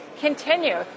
continue